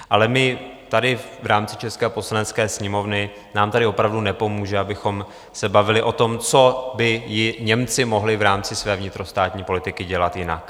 Ale my tady v rámci české Poslanecké sněmovny, nám tady opravdu nepomůže, abychom se bavili o tom, co by i Němci mohli v rámci své vnitrostátní politiky dělat jinak.